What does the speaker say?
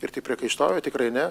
ir tik priekaištauja tikrai ne